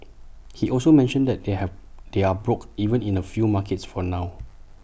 he also mentioned that they have they are broke even in A few markets for now